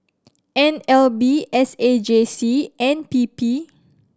N L B S A J C and P P